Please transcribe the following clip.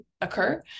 occur